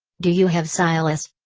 do you have silas?